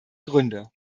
gründe